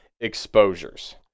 exposures